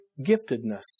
giftedness